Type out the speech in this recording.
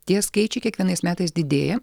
tie skaičiai kiekvienais metais didėja